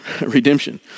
redemption